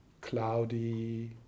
cloudy